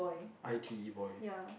I_T_E boy